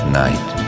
night